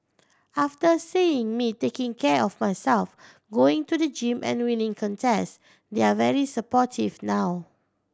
after seeing me taking care of myself going to the gym and winning contests they're very supportive now